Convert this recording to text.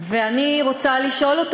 ואני רוצה לשאול אותו,